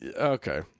Okay